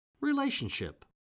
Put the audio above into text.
Relationship